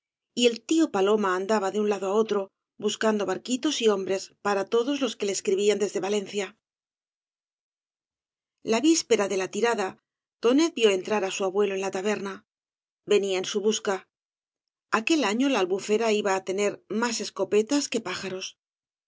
y el tío paloma andaba de un lado á otro buscando barquitos y hombres para todos los que le escribían desde valencia la víspera de la tirada tonet vio entrar á su abuelo en la taberna venía en su busca aquel año la albufera iba á tener más escopetas que